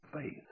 faith